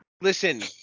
Listen